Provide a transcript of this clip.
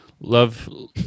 Love